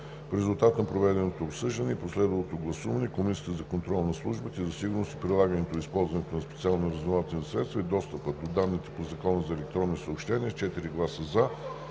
В резултат на проведеното обсъждане и последвалото гласуване, Комисията за контрол над службите за сигурност, прилагането и използването на специалните разузнавателни средства и достъпа до данните по Закона за електронните съобщения с 4 гласа „за“,